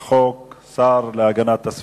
הצעת חוק לקריאה ראשונה.